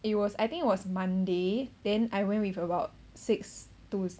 it was I think it was monday then I went with about six two